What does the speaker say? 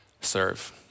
serve